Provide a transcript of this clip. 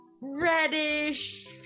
reddish